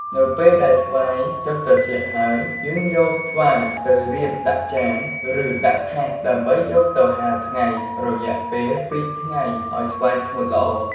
នៅពេលដែលស្វាយចុះត្រជាក់ហើយ យើងយកស្វាយទៅរៀបដាក់ចាន ឬដាក់ថាសដើម្បីយកទៅហាលថ្ងៃ រយៈពេល២ថ្ងៃឱ្យស្វាយស្ងួតល្អ។